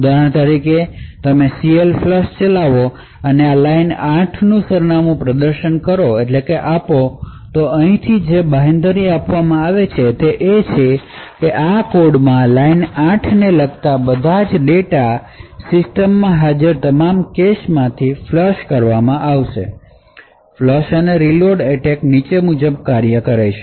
ઉદાહરણ તરીકે તમે CLFLUSH ચલાવો અને લાઇન 8 નું સરનામું પ્રદાન કરો છો અને અહીંથી જે બાંહેધરી આપવામાં આવશે તે છે કે આ કોડમાં લાઇન 8 ને લગતા બધા ડેટા સિસ્ટમ માં હાજર તમામ કેશમાંથી ફ્લશ કરવામાં આવશે ફ્લશ અને રીલોડ એટેક નીચે મુજબ કાર્ય કરે છે